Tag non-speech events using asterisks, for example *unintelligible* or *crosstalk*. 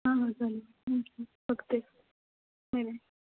हां हां चालेल सांगते बघते *unintelligible*